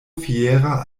fiera